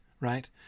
Right